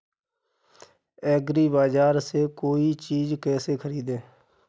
एग्रीबाजार से कोई चीज केसे खरीदें?